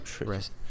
rest